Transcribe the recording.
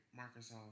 Microsoft